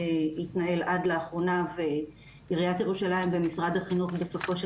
שהתנהל על לאחרונה ועיריית ירושלים ומשרד החינוך בסופו של